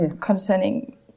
concerning